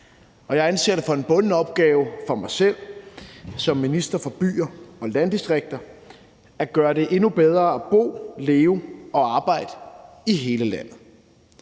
jeg anser det for en bunden opgave for mig selv som minister for byer og landdistrikter at gøre det endnu bedre at bo, leve og arbejde i hele landet.